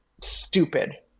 stupid